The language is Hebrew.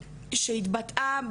ברשתות,